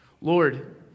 Lord